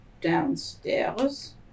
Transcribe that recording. downstairs